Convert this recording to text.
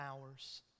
hours